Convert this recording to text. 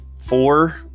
four